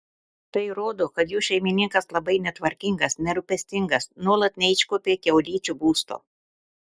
tai rodo kad jų šeimininkas labai netvarkingas nerūpestingas nuolat neiškuopia kiaulyčių būsto